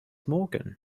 morgan